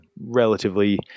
relatively